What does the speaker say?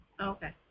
Okay